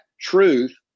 truth